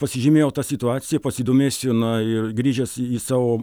pasižymėjau tą situaciją pasidomėsiu na ir grįžęs į savo